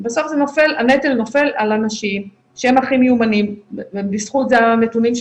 ובסוף הנטל נופל על האנשים שהם הכי מיומנים ובזכות זה הנתונים,